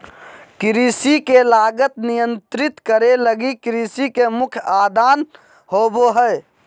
कृषि के लागत नियंत्रित करे लगी कृषि के मुख्य आदान होबो हइ